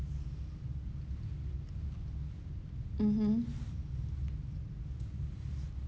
mmhmm